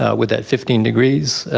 ah with that fifteen degrees.